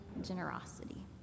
generosity